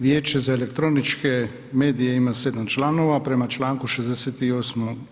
Vijeće za elektroničke medije ima 7 članova, prema čl. 68.